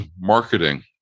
marketing